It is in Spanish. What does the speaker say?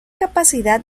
capacidad